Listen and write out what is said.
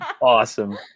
Awesome